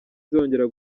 izongera